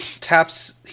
taps